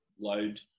load